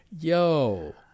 Yo